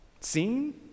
seen